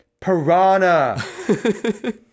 Piranha